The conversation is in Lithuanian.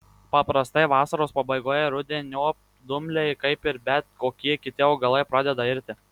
paprastai vasaros pabaigoje ir rudeniop dumbliai kaip ir bet kokie kiti augalai pradeda irti